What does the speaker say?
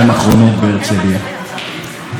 ואתמול נהרג אחד,